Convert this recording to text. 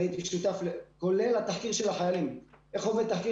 הייתי שותף גם לתחקיר של החיילים ואתם